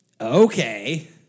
Okay